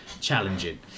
challenging